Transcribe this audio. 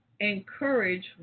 encourage